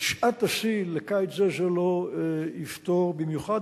את שעת השיא לקיץ זה, זה לא יפתור במיוחד.